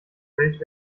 welt